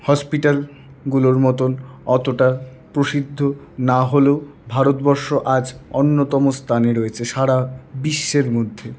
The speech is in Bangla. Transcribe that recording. হসপিটালগুলোর মতোন অতটা প্রসিদ্ধ না হলেও ভারতবর্ষ আজ অন্যতম স্থানে রয়েছে সারা বিশ্বের মধ্যে